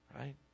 right